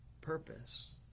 purpose